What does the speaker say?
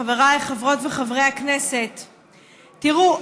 חבריי חברות וחברי הכנסת, תראו,